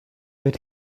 but